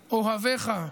אוהביך,